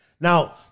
Now